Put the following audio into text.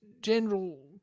general